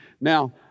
Now